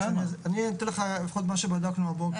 אני אתן לך לפחות את מה שבדקנו הבוקר.